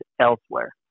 elsewhere